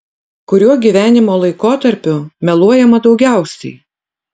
kuriuo gyvenimo laikotarpiu meluojama daugiausiai